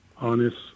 honest